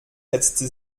hetzte